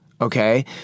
okay